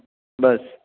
بس